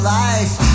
life